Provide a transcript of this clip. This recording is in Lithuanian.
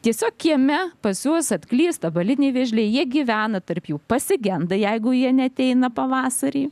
tiesiog kieme pas juos atklysta baliniai vėžliai jie gyvena tarp jų pasigenda jeigu jie neateina pavasarį